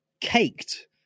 caked